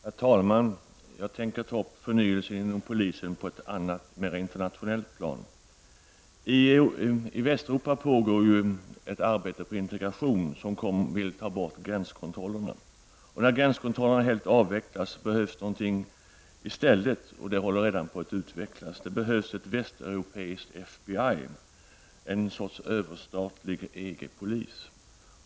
Herr talman! Jag tänker ta upp frågan om förnyelse inom polisen på ett annat, mera internationellt plan. I Västeuropa pågår för närvarande ett arbete på integration som har till syfte att ta bort gränskontrollerna. När gränskontrollerna helt avvecklas behövs det en ersättning, och en sådan håller redan på att utvecklas. Det behövs ett västeuropeiskt FBI, en sorts överstatlig EG-polis.